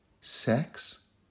sex